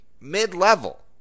Mid-level